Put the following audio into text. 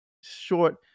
short